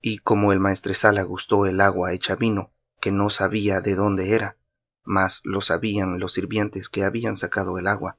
y como el maestresala gustó el agua hecha vino que no sabía de dónde era mas lo sabían los sirvientes que habían sacado el agua